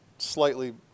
Slightly